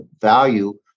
value